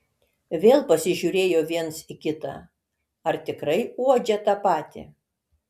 vėl pasižiūrėjo viens į kitą ar tikrai uodžia tą patį